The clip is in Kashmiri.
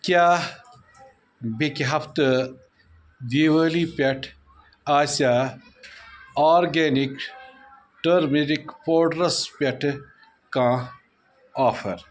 کیٛاہ بیٚکہِ ہفتہٕ دیوٲلی پٮ۪ٹھ آسیٛا آرگینِک ٹٔرمٔرِک پوڈرَس پٮ۪ٹھٕ کانٛہہ آفر